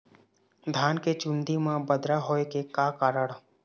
धान के चुन्दी मा बदरा होय के का कारण?